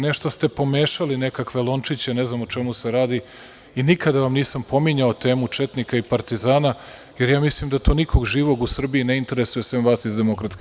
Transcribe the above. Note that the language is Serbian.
Nešto ste pomešali nekakve lončiće, ne znam o čemu se radi i nikada vam nisam pominjao temu četnika i partizana, jer ja mislim da to nikoga živog u Srbiji ne interesuje, sem vas iz DS.